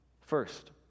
First